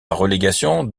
relégation